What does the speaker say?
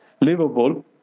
livable